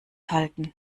halten